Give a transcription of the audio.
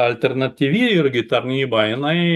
alternatyvi irgi tarnyba jinai